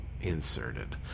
inserted